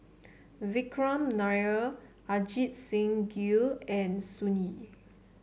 Vikram Nair Ajit Singh Gill and Sun Yee